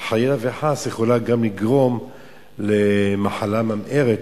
וחלילה וחס היא יכולה גם לגרום למחלה ממארת,